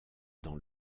dans